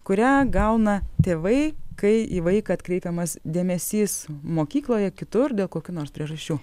kurią gauna tėvai kai į vaiką atkreipiamas dėmesys mokykloje kitur dėl kokių nors priežasčių